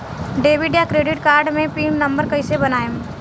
Debit या credit card मे pin number कैसे बनाएम?